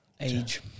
Age